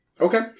Okay